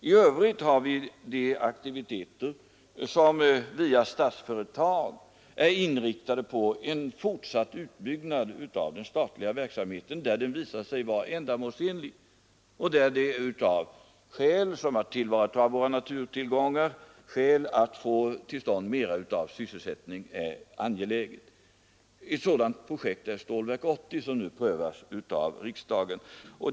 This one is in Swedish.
I övrigt har vi de aktiviteter som via Statsföretag är inriktade på en fortsatt utbyggnad av den statliga verksamheten, där det visar sig vara ändamålsenligt och där det av sådana skäl som att tillvarata våra naturtillgångar och att få till stånd fler sysselsättningstillfällen är angeläget. Ett sådant projekt är Stålverk 80 som nu prövas av riksdagen.